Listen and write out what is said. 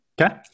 Okay